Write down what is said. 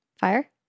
Fire